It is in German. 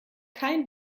kein